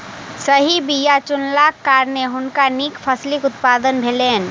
सही बीया चुनलाक कारणेँ हुनका नीक फसिलक उत्पादन भेलैन